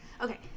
Okay